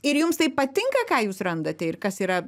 ir jums tai patinka ką jūs randate ir kas yra